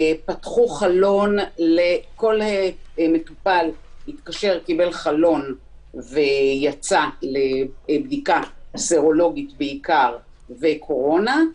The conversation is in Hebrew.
כל מטופל שהתקשר קיבל חלון ויצא לבדיקה סרולוגית בעיקר וקורונה.